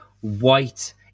white